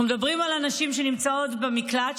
אנחנו מדברים על הנשים שנמצאות במקלט,